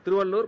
Tiruvallur